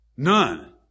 None